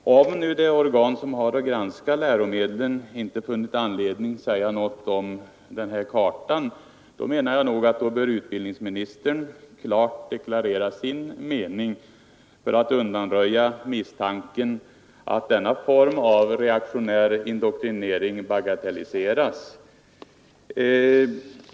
utan det är den aktuella kommunen och dess skolstyrelse och skolledning som har att utöva den kontrollen och vidta eventuella åtgärder Herr talman! Om nu det organ som har att granska läromedlen inte funnit anledning att säga något om den här kartan, då menar jag nog att utbildningsministern bör klart deklarera sin mening för att undanröja misstanken att denna form av reaktionär indoktrinering bagatelliseras.